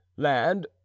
Land